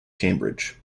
cambridge